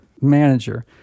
manager